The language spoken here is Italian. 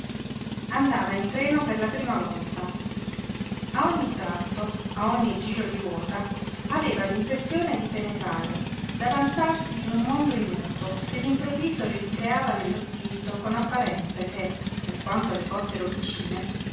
andava in treno per la prima volta a ogni tratto a ogni giro di ruota aveva l'impressione di penetrare d'avanzarsi in un mondo ignoto che d'improvviso le si creava nello spirito con apparenze che per quanto le fossero vicine